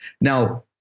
Now